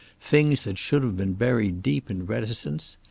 things that should have been buried deep in reticence.